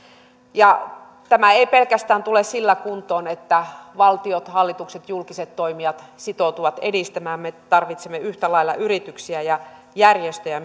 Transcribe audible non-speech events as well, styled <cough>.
tämä ei tule pelkästään sillä kuntoon että valtiot hallitukset julkiset toimijat sitoutuvat edistämään me tarvitsemme yhtä lailla yrityksiä ja järjestöjä <unintelligible>